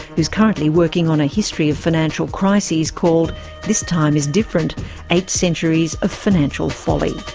who's currently working on a history of financial crises called this time is different eight centuries of financial folly.